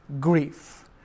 grief